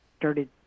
started